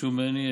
וביקשו ממני.